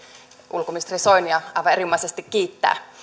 ulkoministeri soinia aivan erinomaisesti kiittää